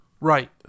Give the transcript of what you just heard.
Right